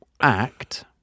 act